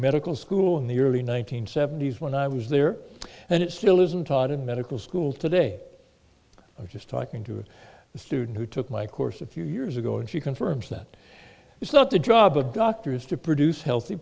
medical school in the early one nine hundred seventy s when i was there and it still isn't taught in medical schools today i was just talking to a student who took my course a few years ago and she confirms that it's not the drop of doctors to produce healthy